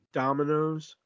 dominoes